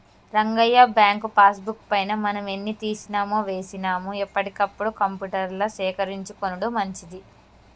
Rangayya bank passbook పైన మనం ఎన్ని తీసినామో వేసినాము ఎప్పటికప్పుడు కంప్యూటర్ల సేకరించుకొనుడు మంచిది